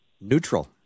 neutral